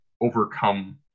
overcome